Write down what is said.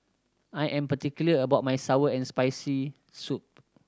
I am particular about my sour and Spicy Soup